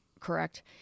correct